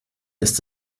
ist